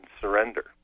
surrender